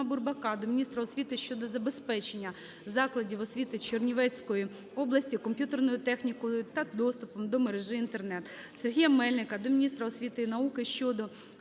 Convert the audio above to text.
Бурбака до міністра освіти щодо забезпечення закладів освіти Чернівецької області комп'ютерною технікою та доступом до мережі Інтернет. Сергія Мельника до міністра освіти і науки щодо